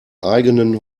eigenen